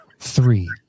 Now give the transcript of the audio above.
Three